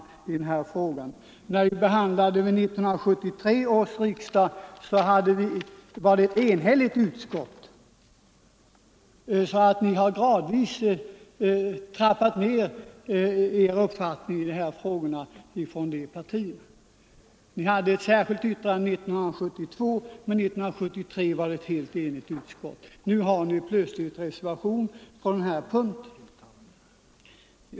När vi behandlade frågan vid 1973 års riksdag var utskottet enhälligt. Ni har alltså gradvis trappat ner er uppfattning i dessa frågor. Ni hade ett särskilt yttrande 1972, men 1973 var det ett helt enigt utskott. Nu har ni plötsligt reservation på den här punkten.